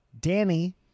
Danny